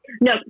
No